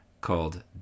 called